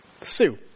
Sue